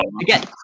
again